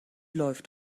läuft